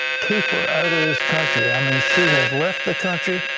keep her out of this country. i mean she has left the country,